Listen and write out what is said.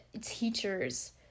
teachers